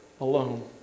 alone